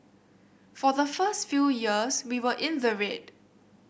for the first few years we were in the red